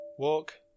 Walk